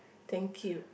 thank you